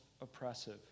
oppressive